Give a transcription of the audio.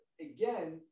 again